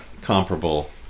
comparable